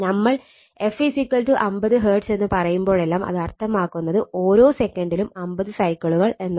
നമ്മൾ f 50 Hz എന്ന് പറയുമ്പോഴെല്ലാം അത് അർത്ഥമാക്കുന്നത് ഓരോ സെക്കൻഡിലും 50 സൈക്കിളുകൾ എന്നതാണ്